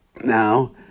Now